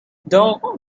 dog